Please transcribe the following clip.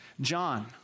John